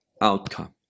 outcome